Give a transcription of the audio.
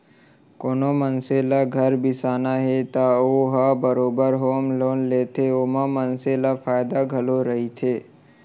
कोनो मनसे ल घर बिसाना हे त ओ ह बरोबर होम लोन लेथे ओमा मनसे ल फायदा घलौ रहिथे